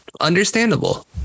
Understandable